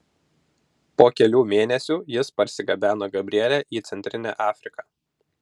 po kelių mėnesių jis parsigabeno gabrielę į centrinę afriką